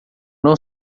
não